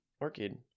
Orchid